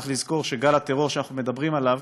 צריך לזכור שגל הטרור שאנחנו מדברים עליו